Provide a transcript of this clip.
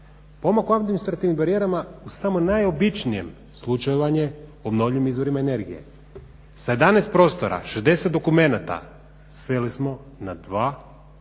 Pomak u administrativnim barijerama u samo najobičnijem …/Govornik se ne razumije./… obnovljivim izvorima energije. Sa 11 prostora, 60 dokumenata sveli smo na 2 i